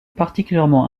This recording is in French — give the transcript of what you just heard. particulièrement